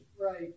Right